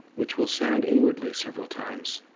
which will sound inwardly several times,